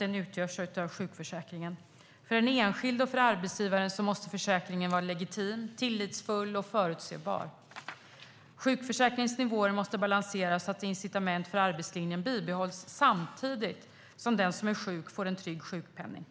utgörs av sjukförsäkringen. För den enskilde och för arbetsgivaren måste försäkringen vara legitim, tillförlitlig och förutsebar. Sjukförsäkringens nivåer måste balanseras så att incitament för arbetslinjen bibehålls samtidigt som den som är sjuk får en trygg sjukpenning.